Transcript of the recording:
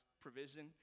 provision